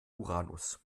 uranus